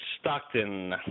Stockton